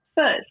first